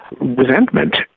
resentment